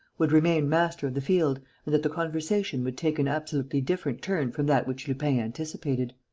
would remain master of the field and that the conversation would take an absolutely different turn from that which lupin anticipated.